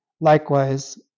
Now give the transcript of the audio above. Likewise